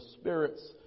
Spirit's